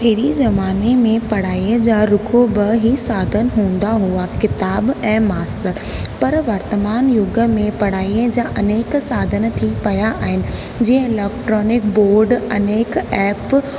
पहिरीं ज़माने में पढ़ाईअ जा रूगो ॿ हीउ साधन हूंदा हुआ किताब ऐं मास्तर पर वर्तमान युग में पढ़ाईअ जा अनेक साधन थी पिया आहिनि जीअं इलैक्ट्रॉनिक बोर्ड अनेक ऐप